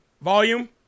volume